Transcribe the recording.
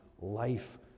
life